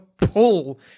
pull